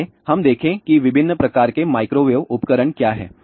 आइए हम देखें कि विभिन्न प्रकार के माइक्रोवेव उपकरण क्या हैं